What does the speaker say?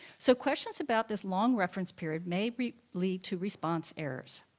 so questions about this long reference period may lead to response errors.